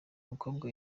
mukobwa